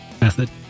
method